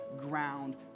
ground